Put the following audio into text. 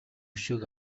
өшөөг